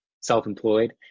self-employed